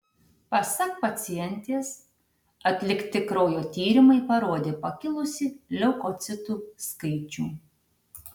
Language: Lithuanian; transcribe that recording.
pasak pacientės atlikti kraujo tyrimai parodė pakilusį leukocitų skaičių